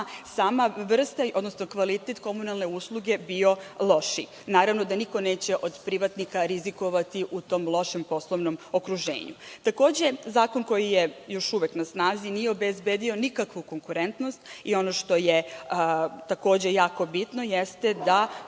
sama vrsta, odnosno kvalitet komunalne odluke bio lošiji. Naravno da niko neće od privatnika rizikovati u tom lošem poslovnom okruženju. Takođe, zakon koji je još uvek na snazi nije obezbedio nikakvu konkurentnost i ono što je takođe jako bitno jeste da